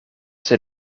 zit